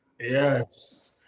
Yes